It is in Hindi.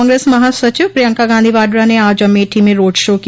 कांग्रेस महासचिव प्रियंका गांधी वाड्रा ने आज अमेठी में रोड शो किया